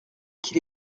qu’il